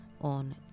on